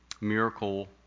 miracle